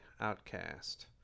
outcast